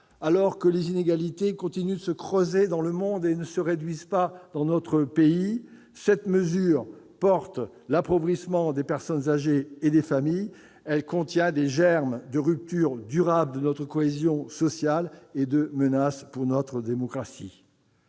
alors que les inégalités continuent de se creuser dans le monde et qu'elles ne se réduisent pas dans notre pays, cette mesure induit l'appauvrissement des personnes âgées et des familles et contient les germes d'une rupture durable de notre cohésion sociale et des menaces pour notre démocratie.